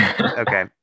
Okay